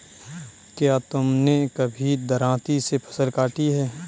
क्या तुमने कभी दरांती से फसल काटी है?